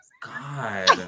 God